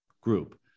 group